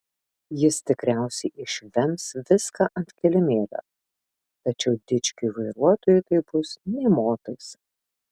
jis tikriausiai išvems viską ant kilimėlio tačiau dičkiui vairuotojui tai bus nė motais